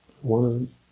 One